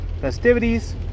festivities